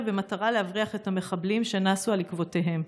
במטרה להבריח את המחבלים שנסו על עקבותיהם.